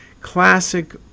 Classic